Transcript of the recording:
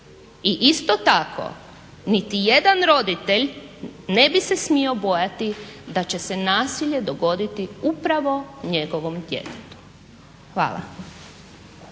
I isto tako, niti jedan roditelj ne bi se smio bojati da će se nasilje dogoditi upravo njegovom djetetu. Hvala.